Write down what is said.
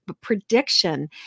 prediction